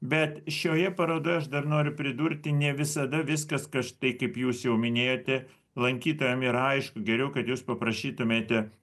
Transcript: bet šioje parodoj aš dar noriu pridurti ne visada viskas kad štai kaip jūs jau minėjote lankytojam yra aišku geriau kad jūs paprašytumėte